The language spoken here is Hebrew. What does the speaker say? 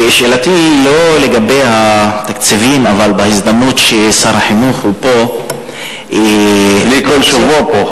שאלתי היא לא לגבי התקציבים אבל בהזדמנות ששר החינוך פה אני כל שבוע פה,